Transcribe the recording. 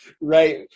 Right